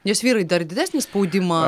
nes vyrai dar didesnį spaudimą